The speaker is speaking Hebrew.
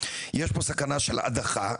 יש פה סכנה של הדחה,